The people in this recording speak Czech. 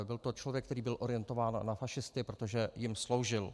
Byl to člověk, který byl orientován na fašisty, protože jim sloužil.